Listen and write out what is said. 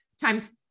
times